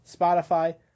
Spotify